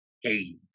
hate